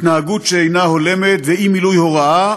התנהגות שאינה הולמת ואי-מילוי הוראה,